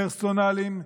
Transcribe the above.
פרסונליים,